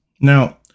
Now